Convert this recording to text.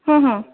हा हा